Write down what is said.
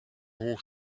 hoch